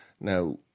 Now